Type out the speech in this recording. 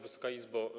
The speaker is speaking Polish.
Wysoka Izbo!